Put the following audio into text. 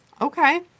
Okay